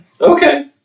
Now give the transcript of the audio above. Okay